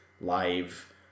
live